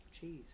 Cheese